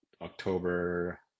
october